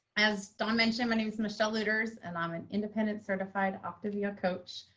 as dawn mentioned, my name is michelle luders and i'm an independent certified optavia coach.